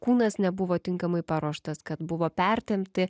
kūnas nebuvo tinkamai paruoštas kad buvo pertempti